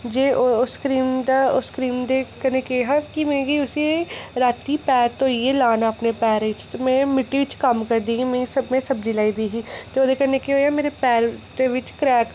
जे उस क्रीम दा ओस्स क्रीम दे कन्नै केह् हा कि मिगी उसी रातीं पैर धोइयै लाना अपने पैरें च ते में मित्ती च कम्म करदी ही में सामने सब्जी लाई दी ही ते ओह्दे कन्नै केह् होएआ मेरे पैर दे बिच क्रैक